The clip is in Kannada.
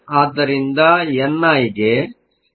ಆದ್ದರಿಂದ ಎನ್ ಗೆ 2